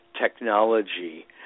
technology